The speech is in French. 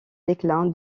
déclin